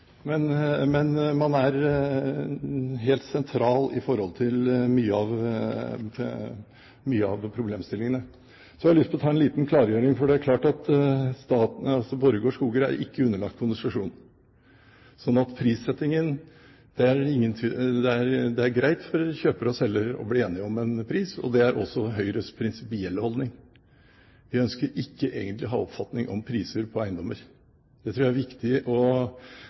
Man er helt sentral i forhold til mye av problemstillingen. Så har jeg lyst til å komme med en liten klargjøring, for det er klart at Borregaard Skoger ikke er underlagt konsesjon, så det er greit for kjøper og selger å bli enige om en pris. Det er også Høyres prinsipielle holdning. Vi ønsker egentlig ikke å ha noen oppfatning om priser på eiendommer. Det tror jeg det er viktig å